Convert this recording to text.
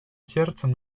сердцем